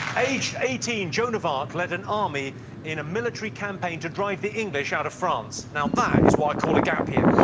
aged eighteen, joan of arc led an army in a military campaign to drive the english out of france. now that is what i call a gap year.